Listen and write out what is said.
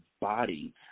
body